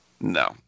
No